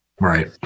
Right